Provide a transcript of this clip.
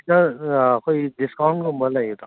ꯑꯥ ꯑꯩꯈꯣꯏꯒꯤ ꯗꯤꯁꯀꯥꯎꯟ ꯒꯨꯝꯕ ꯂꯩꯇ꯭ꯔꯣ